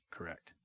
Correct